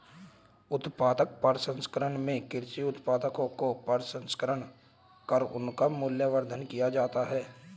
उत्पाद प्रसंस्करण में कृषि उत्पादों का प्रसंस्करण कर उनका मूल्यवर्धन किया जाता है